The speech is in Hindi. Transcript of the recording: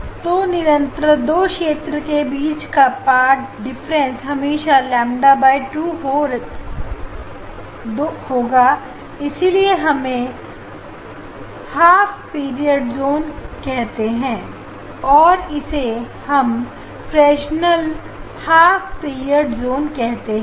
यह दो निरंतर क्षेत्र के बीच का पाथ डिफरेंस हमेशा लैम्डा बटा दो होगा इसीलिए इसे हम हाफ पीरियड जून कहते हैं और इसे हम फ्रेशनेस हाफ पीरियड जून कहते हैं